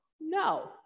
No